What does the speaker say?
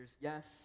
yes